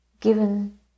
given